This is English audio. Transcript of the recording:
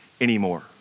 anymore